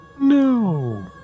No